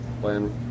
Playing